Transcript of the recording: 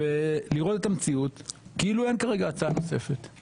ולראות את המציאות כאילו אין כרגע הצעה נוספת,